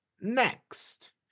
next